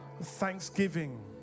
thanksgiving